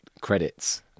credits